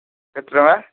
କେତେଟଙ୍କା